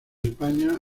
españa